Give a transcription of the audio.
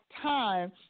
time